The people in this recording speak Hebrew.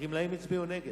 והגמלאים הצביעו נגד.